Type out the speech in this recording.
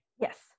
Yes